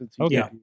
Okay